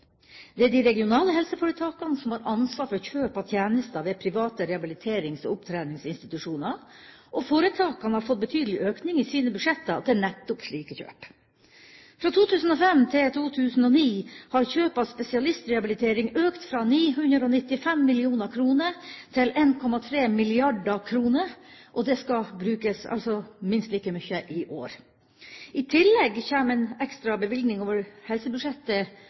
Det er de regionale helseforetakene som har ansvar for kjøp av tjenester ved private rehabiliterings- og opptreningsinstitusjoner, og foretakene har fått betydelig økning i sine budsjetter til nettopp slike kjøp. Fra 2005 til 2009 har kjøp av spesialistrehabilitering økt fra 995 mill. kr til 1,3 mrd. kr – og det skal brukes minst like mye i år. I tillegg kommer en ekstra bevilgning over helsebudsjettet